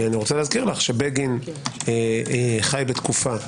אני מזכיר שבגין חי בתקופה,